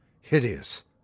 hideous